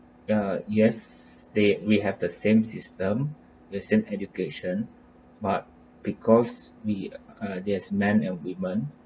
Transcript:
uh yes they we have the same system the same education but because we ah there's men and women